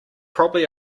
probably